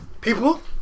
People